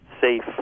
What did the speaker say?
safe